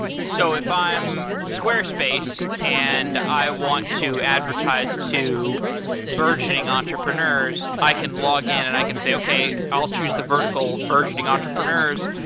so if i'm squarespace and i want to advertise to burgeoning entrepreneurs, i can log in and i can say, okay. i'll choose the vertical burgeoning entrepreneurs.